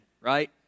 right